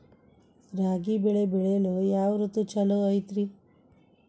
ರಾಗಿ ಬೆಳೆ ಬೆಳೆಯಲು ಯಾವ ಋತು ಛಲೋ ಐತ್ರಿ?